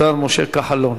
השר משה כחלון.